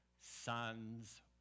sons